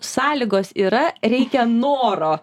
sąlygos yra reikia noro